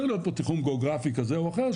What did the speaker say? בסדר צריך להיות פה תיחום גיאוגרפי כזה או אחר,